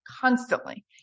constantly